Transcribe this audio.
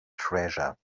treasure